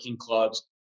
clubs